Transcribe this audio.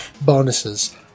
bonuses